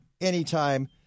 anytime